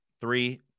three